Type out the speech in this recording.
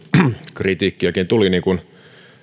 kritiikkiäkin tuli niin kuin